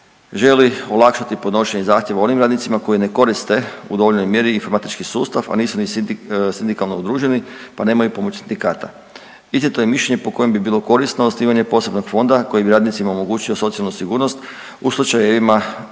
želi olakšati podnošenje zahtjeva onim radnicima koji ne koriste u dovoljnoj mjeri informatički sustav, a nisu ni sindikalno udruženi pa nemaju pomoć sindikata. Iznijeto je mišljenje po kojem bi bilo korisno osnivanje posebnog fonda koji bi radnicima omogućio socijalnu sigurnost u slučajevima